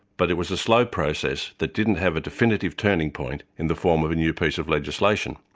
but it was a slow process that didn't have a definitive turning point in the form of a new piece of legislation.